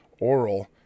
oral